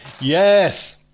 Yes